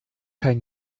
kein